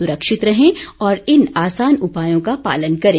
सुरक्षित रहें और इन आसान उपायों का पालन करें